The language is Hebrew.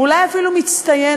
ואולי אפילו מצטיינת,